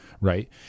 right